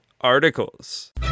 articles